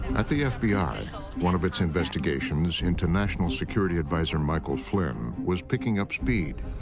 at the fbi, ah one of its investigations into national security adviser michael flynn was picking up speed.